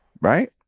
Right